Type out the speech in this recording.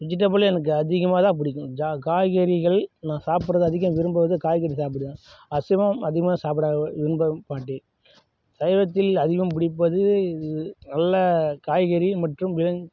vegetable எனக்கு அதிகமாகதான் பிடிக்கும் ஜா காய்கறிகள் நான் சாப்பிடறது அதிகம் விரும்புவது காய்கறி சாப்பிடுவேன் அசைவம் அதிகமாக சாப்பிட விரும்ப மாட்டேன் சைவத்தில் அதிகம் பிடிப்பது இது நல்ல காய்கறி மற்றும் விலங்